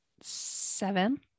Seven